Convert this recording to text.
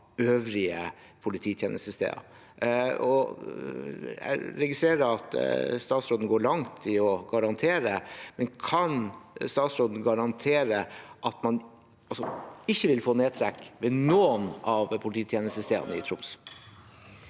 øvrige polititjenestesteder. Jeg registrerer at statsråden går langt i å garantere. Kan statsråden garantere at man ikke vil få nedtrekk ved noen av polititjenestestedene i Troms?